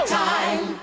time